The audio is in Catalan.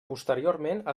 posteriorment